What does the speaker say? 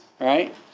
right